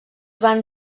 van